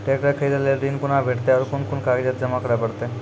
Tractor खरीदै लेल ऋण कुना भेंटते और कुन कुन कागजात जमा करै परतै?